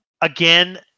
again